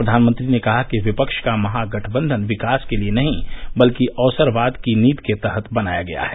प्रधानमंत्री ने कहा कि विपक्ष का महागठबंधन विकास के लिए नहीं बल्कि अवसरवाद की नीति के तहत बनाया जा रहा है